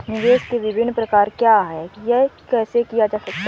निवेश के विभिन्न प्रकार क्या हैं यह कैसे किया जा सकता है?